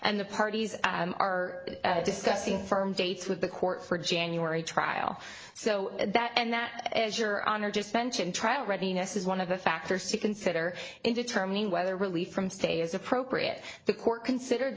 and the parties are discussing firm dates with the court for january trial so that and that as your honor just mentioned trial readiness is one of the factors to consider in determining whether relief from stay is appropriate the court considered